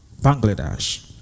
Bangladesh